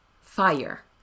fire